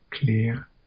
clear